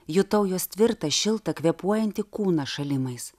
jutau jos tvirtą šiltą kvėpuojantį kūną šalimais